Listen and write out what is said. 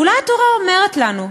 ואולי התורה אומרת לנו,